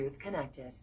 connected